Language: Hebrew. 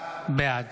בעד